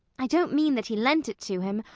i don't mean that he lent it to him,